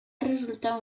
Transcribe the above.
resultar